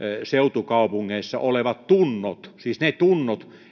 seutukaupungeissa olevat tunnot siis ne tunnot